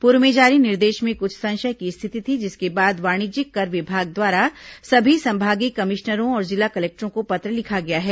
पूर्व में जारी निर्देश में कुछ संशय की स्थिति थी जिसके बाद वाणिज्यिक कर विभाग द्वारा सभी संभागीय कमिश्नरों और जिला कलेक्टरों को पत्र लिखा गया है